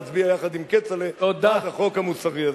להצביע יחד עם כצל'ה בחוק המוסרי הזה.